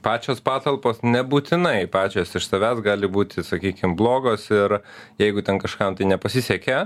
pačios patalpos nebūtinai pačios iš savęs gali būti sakykim blogos ir jeigu ten kažkam tai nepasisekė